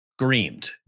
screamed